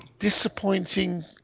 disappointing